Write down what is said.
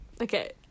okay